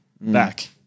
back